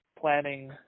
planning